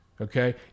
Okay